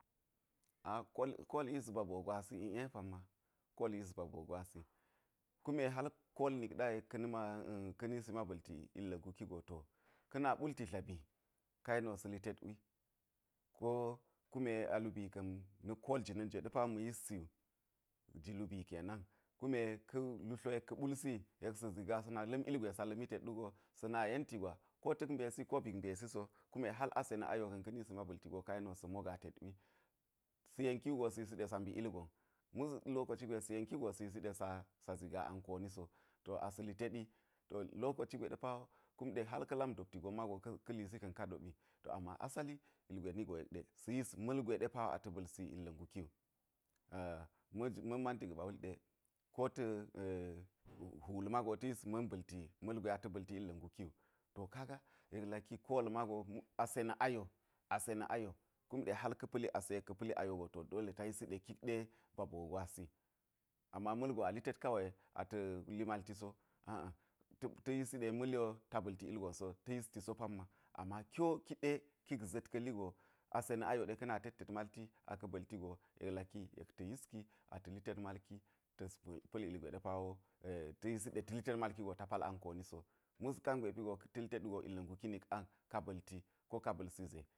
A kol kol yis ba boo gwasi i'e pamma kol yis ba boo gwasi kume hal kol nik ɗa yek nima ka̱ nisi ma ba̱lti ilga̱ nguki to ka̱ na ɓulti dlabi ka yeni sa̱ litet wi, go kume a lubii ka̱n na̱k kol jina̱n jwe ɗe pa ma̱ yissi wu, ji lubii kenan kume ka̱ lu tlo yek ka̱ ɓulsi yek sa̱ zigaa sa̱ nak la̱m ilgwe sa̱ la̱mi tet wugo, sa̱ na yenti ko ta̱ mbesi ko bik mesi so kume hal ase na̱ ayo ka̱n ka̱ nisi ma ba̱lti go ka yeniwo sa̱ mogaa tet wi sa̱ yeki wugo sa̱ yisi ɗe sa mbi ilgon mus ka̱ lokoci gwe sa̱ yenki wugo sa̱ yisi ɗe sa̱ zigaa ang kooni so, to asa̱ lit teɗi to lokoci gwe ɗe pa wo kum ɗe hal ka̱ lam dopti gon mago ka̱ lisi ka̱n ka doɓi to ama asali ilgwe ni go yek ɗe, sa̱ yis ma̱lgwe ɗe pa wo a ta̱ ba̱lsi ilga̱ nguki wu a ma̱n manti ga̱ɓa wuli ɗe, kota̱ a̱ hwul ma̱go ta̱ yis ma̱n ba̱lti ma̱lgwe ata̱ ba̱lti illa̱ nguki wu to kaga yek laki kol mago ase na̱ ayo ase na̱ kum ɗe hal ka̱ pa̱li ase yek ka̱ pa̱li ayo go, to dole ta yisi ɗe kik ɗe ba boo gwasi ama ma̱lgon a li tet kawe ata̱ li malti so, a̱a̱ ta̱ yisi ɗe ma̱li wo ta ba̱lti ilgon so, ta̱ yisti so pamma, ama ki wo kiɗe kik za̱t ka̱ li go, ase na̱ ayo ɗe ka̱ na tet tet malti aka̱ ba̱lti go yek laki yek ta̱ yiski ata̱ li tet malki ta̱s pa̱l ilgwe ɗe pa wo ta̱ yisi ɗe ta̱ li tet malki go ta pal ang kooni so mus kangwe pi go ta̱ li tet wugo ilga̱ nguki nik ang ka ba̱lti ko ka ba̱lti ze.